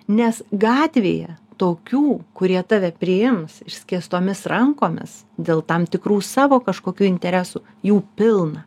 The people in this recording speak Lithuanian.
nes gatvėje tokių kurie tave priims išskėstomis rankomis dėl tam tikrų savo kažkokių interesų jų pilna